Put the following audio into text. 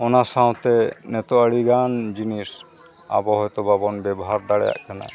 ᱚᱱᱟ ᱥᱟᱶᱛᱮ ᱱᱤᱛᱚᱜ ᱟᱹᱰᱤᱜᱟᱱ ᱡᱤᱱᱤᱥ ᱟᱵᱚ ᱦᱚᱭᱛᱚ ᱵᱟᱵᱚᱱ ᱵᱮᱵᱚᱦᱟᱨ ᱫᱟᱲᱮᱭᱟᱜ ᱠᱟᱱᱟ